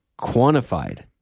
quantified